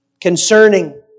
concerning